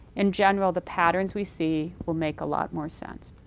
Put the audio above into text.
in general, the patterns we see will make a lot more sense.